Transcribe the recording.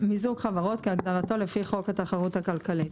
"מיזוג חברות" כהגדרתו לפי חוק התחרות הכלכלית.